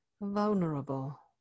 vulnerable